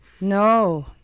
No